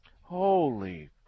Holy